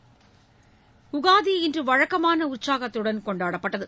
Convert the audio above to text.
யுகாதி இன்று வழக்கமான உற்சாகத்துடன் கொண்டாடப்பட்டது